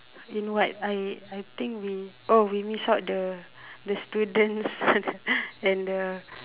in what I I think we oh we miss out the the students and the